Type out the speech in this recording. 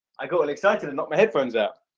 i got an excited not my headphones. um